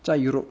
在 europe